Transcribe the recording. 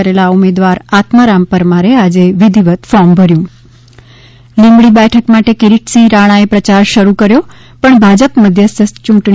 કરેલા ઉમેદવાર આત્મારામ પરમારે આજે વિધિવત ફોર્મ ભર્યું લીંબડી બેઠક માટે કિરીટસિંહ રાણાએ પ્રચાર શરૂ કર્યો પણ ભાજપ મધ્યસ્થ ચૂંટણી